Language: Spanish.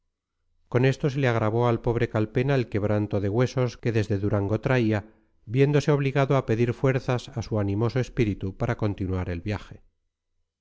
con esto se le agravó al pobre calpena el quebranto de huesos que desde durango traía viéndose obligado a pedir fuerzas a su animoso espíritu para continuar el viaje